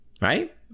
right